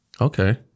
Okay